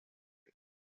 him